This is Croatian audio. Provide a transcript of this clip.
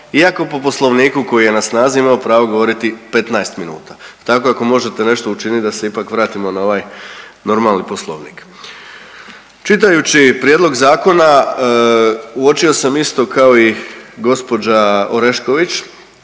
iako po Poslovniku koji je na snazi imamo pravo govoriti 15 minuta, pa tako ako možete nešto učiniti da se ipak vratimo na ovaj normalni Poslovnik. Čitajući prijedlog zakona uočio sam isto kao i gospođa Orešković,